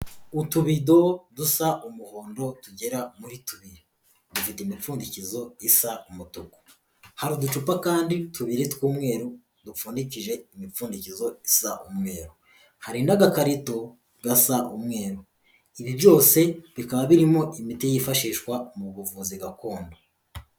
Utubido dusa umuhondo tugera muri tubiri, dufite imipfundikizo isa umutuku, hari uducupa kandi tubiri tw'umweru dupfudikije imipfundikizo isa umweru, hari n'agakarito gasa umweru, ibi byose bikaba birimo imiti yifashishwa mu buvuzi gakondo.